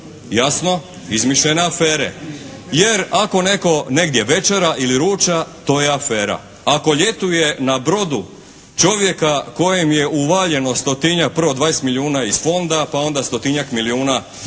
Jasno, izmišljene afere. Jer ako netko negdje večera ili ruča to je afera. Ako ljetuje na brodu čovjeka kojem je uvaljeno stotinjak, prvo 20 milijuna iz fonda, pa onda stotinjak milijuna ne znam